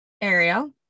Ariel